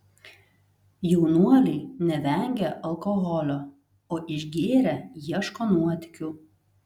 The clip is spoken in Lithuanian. jaunuoliai nevengia alkoholio o išgėrę ieško nuotykių